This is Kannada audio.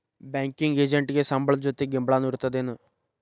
ಬ್ಯಾಂಕಿಂಗ್ ಎಜೆಂಟಿಗೆ ಸಂಬ್ಳದ್ ಜೊತಿ ಗಿಂಬ್ಳಾನು ಇರ್ತದೇನ್?